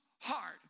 heart